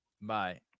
Bye